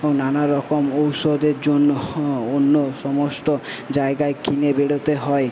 ওং নানা রকম ঔষধের জন্য হ অন্য সমস্ত জায়গায় কিনে বেরোতে হয়